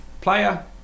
Player